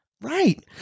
Right